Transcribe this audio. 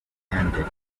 handed